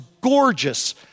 gorgeous